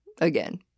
again